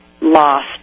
lost